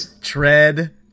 tread